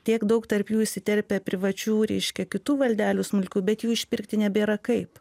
tiek daug tarp jų įsiterpia privačių reiškia kitų valdelių smulkių bet jų išpirkti nebėra kaip